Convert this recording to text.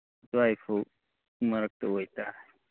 ꯑꯗ꯭ꯋꯥꯏꯐꯧ ꯃꯔꯛꯇ ꯑꯣꯏ ꯇꯥꯔꯦ